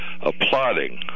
applauding